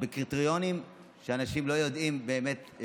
בקריטריונים של אנשים שלא יודעים באמת,